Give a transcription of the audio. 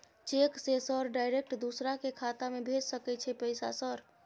Cheque से sir direct दूसरा के खाता में भेज सके छै पैसा सर?